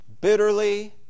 bitterly